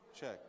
check